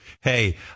hey